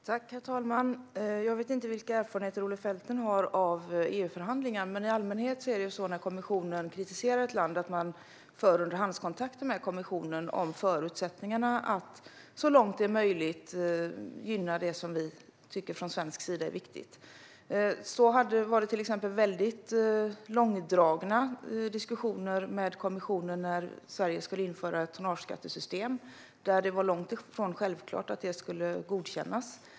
Herr talman! Jag vet inte vilka erfarenheter Olle Felten har av EU-förhandlingar, men i allmänhet är det så när kommissionen kritiserar ett land att man har underhandskontakt med kommissionen om förutsättningarna att så långt det är möjligt gynna det som man - i detta fall från svensk sida - tycker är viktigt. Vi förde till exempel långdragna diskussioner med kommissionen när Sverige skulle införa ett tonnageskattesystem, och det var långt ifrån självklart att det skulle godkännas.